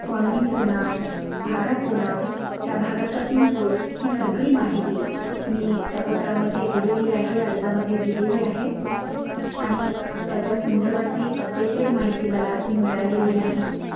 कॉलनीचं नाव भागाचं नाव त्या भागाचा पिनकोड ही सगळी माहिती मी त्या पत्रामध्ये दिलेली आहे अर्जामध्ये दिलेली आहे आणि त्याच्या संदर्भातली अपडेटेड माहिती मला अजून मिळालेली नाही